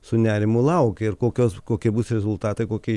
su nerimu laukia ir kokios kokie bus rezultatai kokie